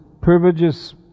privileges